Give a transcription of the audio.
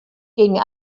gegen